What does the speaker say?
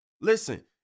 Listen